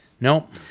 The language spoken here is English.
Nope